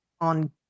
on